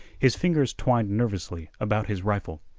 his fingers twined nervously about his rifle.